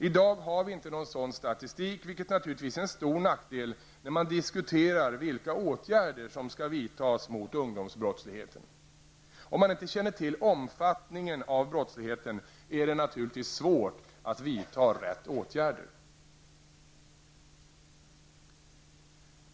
I dag har vi inte någon sådan statistik, vilket naturligtvis är en stor nackdel när man diskuterar vilka åtgärder som skall vidtas mot ungdomsbrottsligheten. Om man inte känner till omfattningen av brottsligheten, är det naturligtvis svårt att vidta rätta åtgärder.